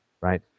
Right